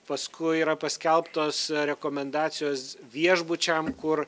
paskui yra paskelbtos rekomendacijos viešbučiam kur